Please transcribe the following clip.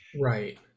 right